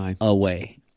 away